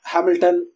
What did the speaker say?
Hamilton